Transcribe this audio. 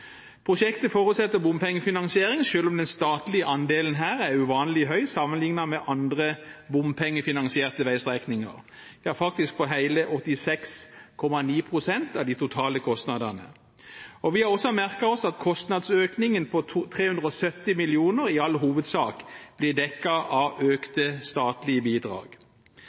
Prosjektet forutsetter bompengefinansiering, selv om den statlige andelen her er uvanlig høy sammenlignet med andre bompengefinansierte veistrekninger – faktisk på hele 86,9 pst. av de totale kostnadene. Vi har også merket oss at kostnadsøkningen på 370 mill. kr i all hovedsak blir dekket av økte statlige bidrag.